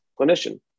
clinician